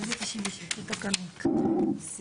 אני